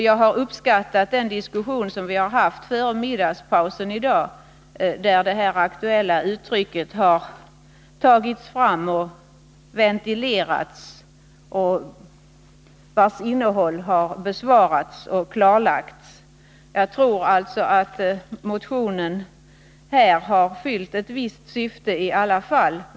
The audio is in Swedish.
Jag uppskattade den diskussion som fördes före middagspausen i dag, där det aktuella begreppet ”förpliktelser” ventilerades och dess innebörd klarlades. Jag tror att motionen på den punkten har fyllt ett visst syfte.